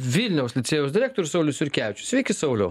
vilniaus licėjaus direktorius saulius jurkevičius sveiki sauliau